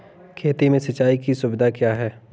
खेती में सिंचाई की सुविधा क्या है?